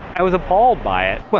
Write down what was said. i was appalled by it.